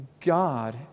God